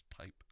type